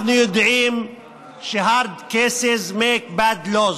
אנחנו יודעים ש-hard cases make bad law.